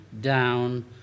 down